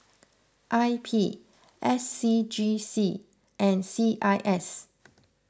I P S C G C and C I S